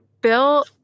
Bill